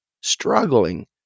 struggling